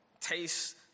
taste